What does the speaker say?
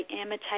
imitate